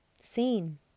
seen